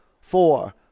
four